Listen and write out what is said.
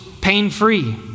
pain-free